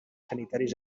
sanitaris